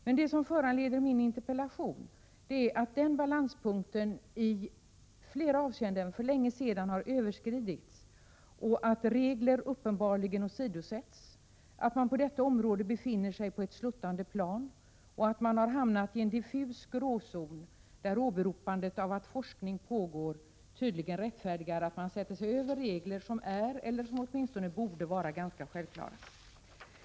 Men det som föranlett min interpellation är att den balanspunkten i flera avseenden för länge sedan har överskridits och att regler uppenbarligen åsidosätts, att man på detta område befinner sig på ett sluttande plan och att man har hamnat i en diffus gråzon, där åberopandet av att forskning pågår tydligen rättfärdigar att man sätter sig över regler som är eller åtminstone borde vara ganska självklara.